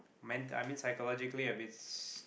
meant I mean phycologically a bit